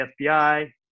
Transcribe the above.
FBI